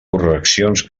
correccions